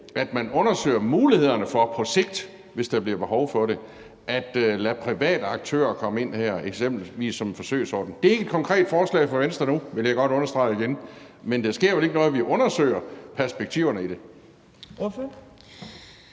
det andet undersøger mulighederne for på sigt, hvis der bliver behov for det, at lade private aktører komme ind her, eksempelvis som en forsøgsordning? Det er ikke et konkret forslag fra Venstre nu, vil jeg godt understrege igen, men der sker vel ikke noget ved, at vi undersøger perspektiverne i det?